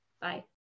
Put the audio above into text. Bye